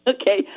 Okay